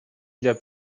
для